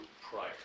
prior